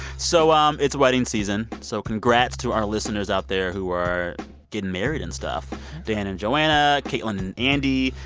so um it's wedding season. so congrats to our listeners out there who are getting married and stuff dan and joanna, caitlin and andy,